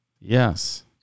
Yes